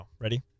Ready